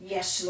Yes